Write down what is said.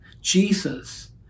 Jesus